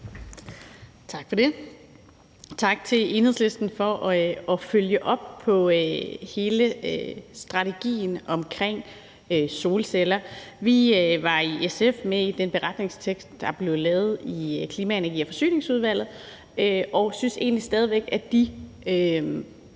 Tak for det, og tak til Enhedslisten for at følge op på hele strategien omkring solceller. Vi var i SF med i den beretningstekst, der blev lavet i Klima-, Energi- og Forsyningsudvalget, og synes egentlig stadig væk, at de